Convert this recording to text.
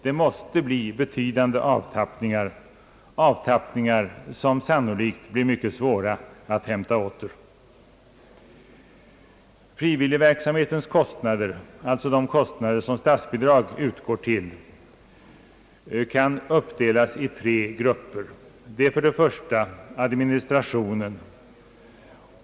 Det måste då bli betydande avtappningar, vilka sannolikt blir mycket svåra att hämta åter. De kostnader för frivilligverksamheten för vilka statsbidrag utgår kan uppdelas i tre grupper. Det gäller för det första administrationen.